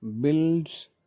builds